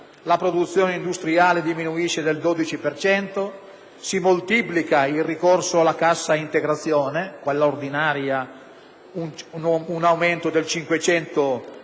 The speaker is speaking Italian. La produzione industriale diminuisce del 12 per cento. Si moltiplica il ricorso alla cassa integrazione (quella ordinaria registra un aumento del 500